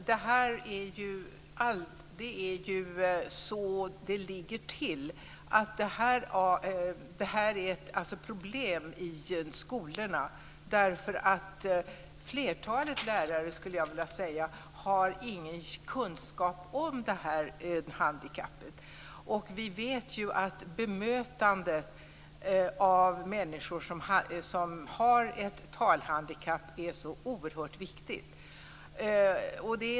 Herr talman! Det är ju så det ligger till: Det här är ett problem i skolorna, därför att flertalet lärare, skulle jag vilja säga, inte har någon kunskap om det här handikappet. Vi vet ju att bemötande av människor som har ett talhandikapp är så oerhört viktigt.